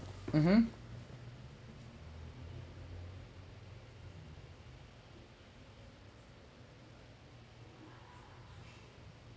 (uh huh)